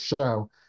show